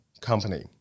company